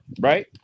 right